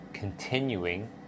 continuing